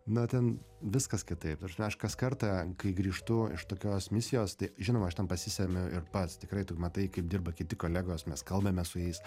na ten viskas kitaip ta prasme aš kartą kai grįžtu iš tokios misijos tai žinoma aš ten pasisemiu ir pats tikrai tu matai kaip dirba kiti kolegos mes kalbame su jais